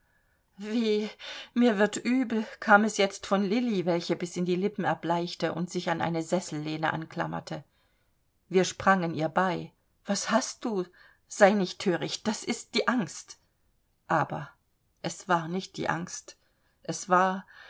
weh mir wird übel kam es jetzt von lilli welche bis in die lippen erbleichte und sich an eine sessellehne anklammerte wir sprangen ihr bei was hast du sei nicht thöricht das ist die angst aber es war nicht die angst es war